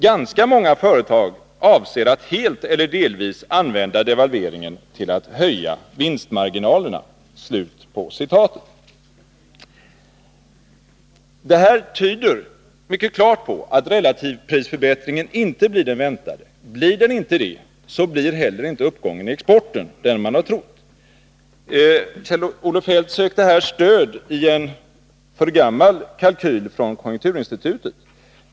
———- Ganska många företag ——— avser därför att helt eller delvis använda devalveringen till att höja vinstmarginalerna.” Detta tyder mycket klart på att relativprisförbättringen inte blir den väntade. Blir den inte det, så blir heller inte uppgången i exporten den man har trott. Kjell-Olof Feldt sökte här stöd i en för gammal kalkyl från konjunkturinstitutet.